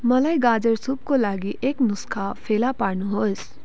मलाई गाजर सुपको लागि एक नुस्खा फेला पार्नुहोस्